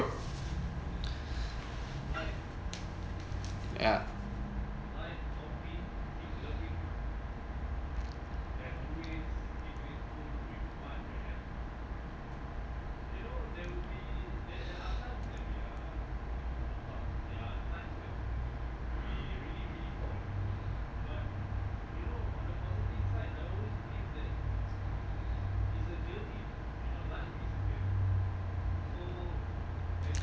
ya